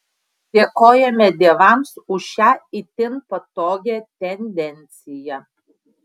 dėkojame dievams už šią itin patogią tendenciją